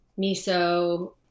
miso